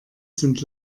sind